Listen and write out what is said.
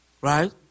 right